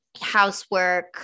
Housework